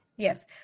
Yes